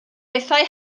bethau